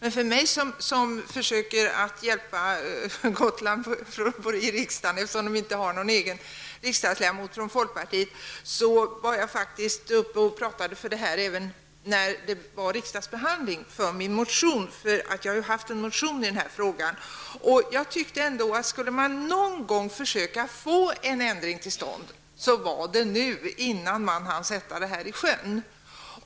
Eftersom Gotland inte har någon egen riksdagsledamot från folkpartiet försöker jag hjälpa Gotland i riksdagen, och av den anledningen var jag uppe och talade för min motion i denna fråga i samband med riksdagsbehandlingen. Skulle man någon gång försöka få en ändring till stånd i detta sammanhang, så var det nu, innan man hann sätta detta i sjön.